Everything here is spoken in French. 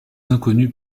inconnus